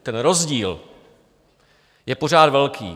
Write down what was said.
Ten rozdíl je pořád velký.